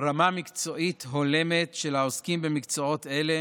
רמה מקצועית הולמת של העוסקים במקצועות אלה